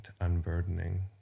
unburdening